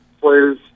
players